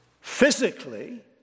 physically